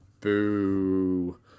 Boo